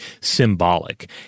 symbolic